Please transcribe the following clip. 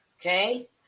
okay